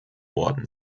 worden